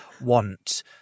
want